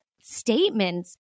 statements